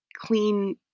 clean